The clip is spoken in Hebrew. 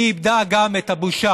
היא איבדה גם את הבושה.